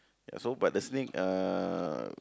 ya so but the snake uh